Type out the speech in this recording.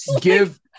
Give